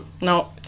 no